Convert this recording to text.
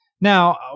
Now